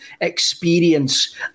experience